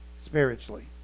spiritually